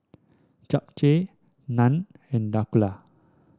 Japchae Naan and Dhokla